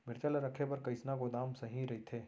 मिरचा ला रखे बर कईसना गोदाम सही रइथे?